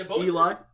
Eli